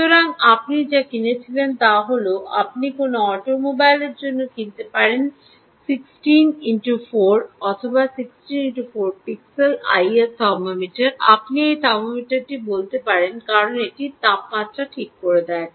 সুতরাং আপনি যা কিনেছিলেন তা হল আপনি কোনও অটোমোবাইলের জন্য কিনতে পারবেন 16 × 4 16 × 4 পিক্সেল আইআর থার্মোমিটার আপনি এটিকে থার্মোমিটারটি বলতে পারেন কারণ এটি তাপমাত্রা ঠিক করে দেয়